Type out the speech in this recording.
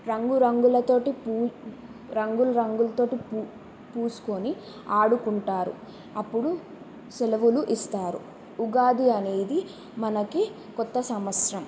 రంగు రంగులతోటి పు రంగులు రంగులు తోటి పు పూసుకుని ఆడుకుంటారు అప్పుడు సెలవులు ఇస్తారు ఉగాది అనేది మనకి కొత్త సంవత్సరం